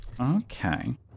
Okay